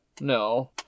no